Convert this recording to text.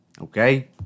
Okay